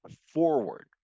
forward